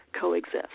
coexist